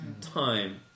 time